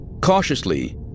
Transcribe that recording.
Cautiously